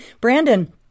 brandon